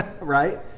Right